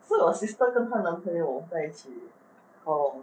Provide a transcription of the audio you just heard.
so your sister 跟她男朋友在一起 how long